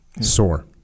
sore